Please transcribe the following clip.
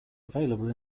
available